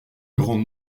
grand